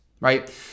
right